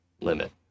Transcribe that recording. limit